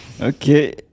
Okay